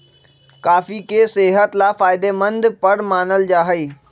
coffee के सेहत ला फायदेमंद पर मानल जाहई